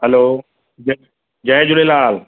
हलो ज जय झूलेलाल